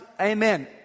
amen